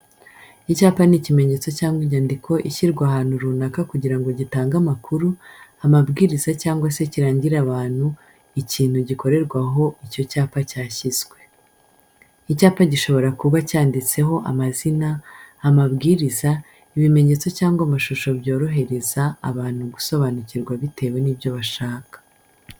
Icyapa ni ikimenyetso cyangwa inyandiko ishyirwa ahantu runaka kugira ngo gitange amakuru, amabwiriza cyangwa se kirangire abantu ikintu gikorerwa aho icyo cyapa cyashyizwe. Icyapa gishobora kuba cyanditseho amazina, amabwiriza, ibimenyetso cyangwa amashusho byorohereza abantu gusobanukirwa bitewe n'ibyo bashaka.